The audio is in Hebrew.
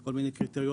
וכל מיני קריטריונים.